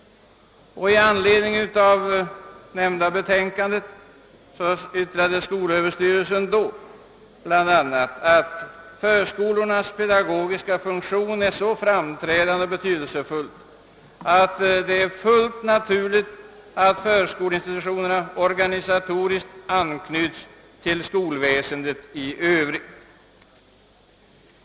I anledning av nämnda betänkande yttrade skolöverstyrelsen då bl.a. att »förskolornas pedagogiska funktion är så framträdande och betydelsefull, att det är fullt naturligt, att förskoleinstitutionerna organisatoriskt anknyts till skolväsendet i övrigt».